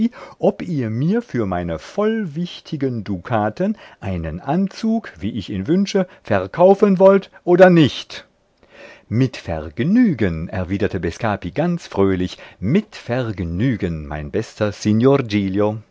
ob ihr mir für meine vollwichtigen dukaten einen anzug wie ich ihn wünsche verkaufen wollt oder nicht mit vergnügen erwiderte bescapi ganz fröhlich mit vergnügen mein bester